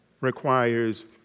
requires